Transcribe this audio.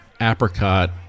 apricot